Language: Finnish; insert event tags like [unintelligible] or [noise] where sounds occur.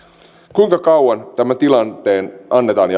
kuinka kauan tämän tilanteen annetaan [unintelligible]